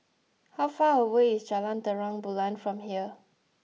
how far away is Jalan Terang Bulan from here